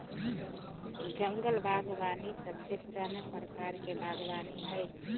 जंगल बागवानी सबसे पुराना प्रकार के बागवानी हई